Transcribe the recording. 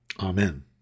Amen